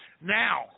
Now